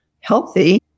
healthy